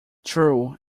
true